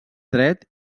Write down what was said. dret